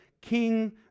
king